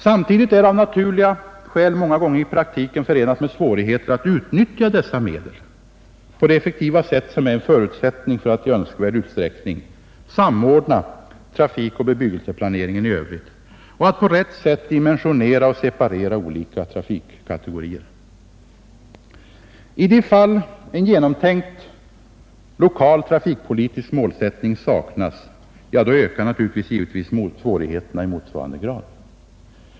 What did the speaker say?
Samtidigt är det av naturliga skäl många gånger i praktiken förenat med svårigheter att utnyttja dessa medel på det effektiva sätt som är förutsättningen för att man i önskvärd utsträckning skall kunna samordna trafikoch bebyggelseplanering i övrigt och på rätt sätt dimensionera och separera olika trafikkategorier. I de fall en genomtänkt lokal trafikpolitisk målsättning saknas, ökas givetvis svårigheterna i motsvarande grad.